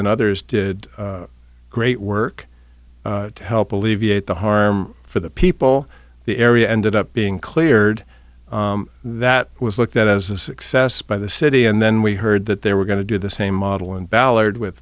and others did great work to help alleviate the harm for the people the area ended up being cleared that was looked at as a success by the city and then we heard that they were going to do the same model in ballard with